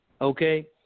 okay